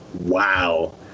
wow